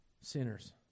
sinners